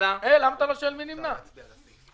מה ההצעה שלכם, בבקשה?